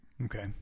Okay